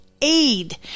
aid